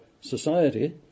society